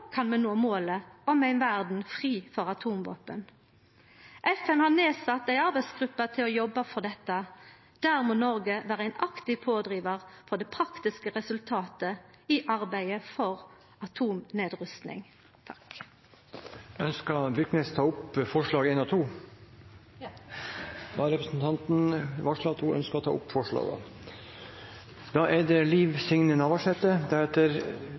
kan vi nå målet om ei verd fri for atomvåpen. FN har sett ned ei arbeidsgruppe for å jobba for dette. Der må Noreg vera ein aktiv pådrivar for det praktiske resultatet i arbeidet for atomnedrusting. Ønsker representanten Byrknes å ta opp forslagene nr. 1 og 2? Ja. Da har representanten